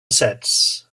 sets